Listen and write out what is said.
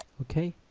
okay